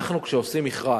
כשאנחנו עושים מכרז,